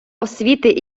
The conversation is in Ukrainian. освіти